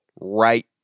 right